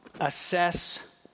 Assess